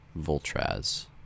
Voltraz